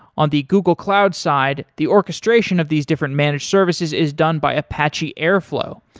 on the google cloud side, the orchestration of these different managed services is done by apache airflow,